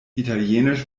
italienisch